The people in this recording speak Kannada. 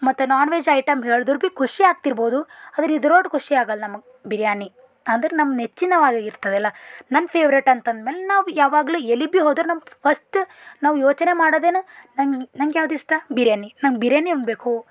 ಮತ್ತು ನಾನ್ವೆಜ್ ಐಟಮ್ ಹೇಳ್ದರ ಭಿ ಖುಷಿ ಆಗ್ತಿರ್ಬೋದು ಆದ್ರೆ ಇದ್ರೊಟ್ಟು ಖುಷಿ ಆಗಲ್ಲ ನಮಗೆ ಬಿರ್ಯಾನಿ ಅಂದ್ರೆ ನಮ್ಮ ನೆಚ್ಚಿನವಾಗಿರ್ತದಲ್ಲ ನನ್ನ ಫೇವ್ರೇಟ್ ಅಂತಂದ್ಮೇಲೆ ನಾವು ಯಾವಾಗಲೂ ಎಲ್ಲಿಗೆ ಭಿ ಹೋದರೆ ಭಿ ಫಸ್ಟ ನಾವು ಯೋಚನೆ ಮಾಡೋದೇನು ನಂಗೆ ನಂಗೆ ಯಾವುದಿಷ್ಟ ಬಿರ್ಯಾನಿ ನಂಗೆ ಬಿರ್ಯಾನಿ ಉಣ್ಬೇಕು